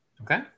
Okay